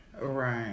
Right